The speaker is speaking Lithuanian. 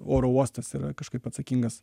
oro uostas yra kažkaip atsakingas